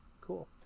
cool